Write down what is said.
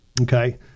Okay